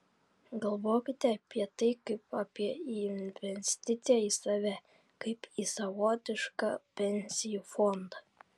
galvokite apie tai kaip apie į investiciją į save kaip į savotišką pensijų fondą